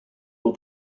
will